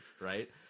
right